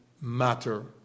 matter